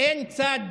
אין צד